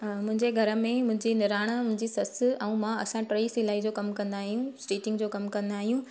हा मुंहिंजे घर में मुंहिंजी निराण मुंहिंजी ससु ऐं मां असां टई सिलाई जो कमु कंदा आहियूं स्टिचिंग जो कमु कंदा आहियूं